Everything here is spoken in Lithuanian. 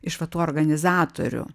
iš va tų organizatorių